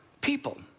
people